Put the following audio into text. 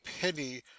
penny